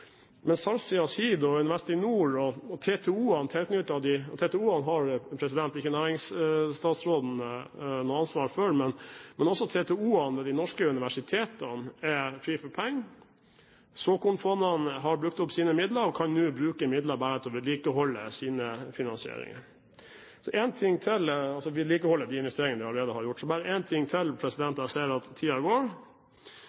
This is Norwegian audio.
men det var i forbindelse med finanskrisen. TTO-ene har ikke næringsstatsråden noe ansvar for, men også TTO-ene ved de norske universitetene er fri for penger. Såkornfondene har brukt opp sine midler og kan nå bare bruke midler til å vedlikeholde de investeringene de allerede har gjort. Så bare én ting til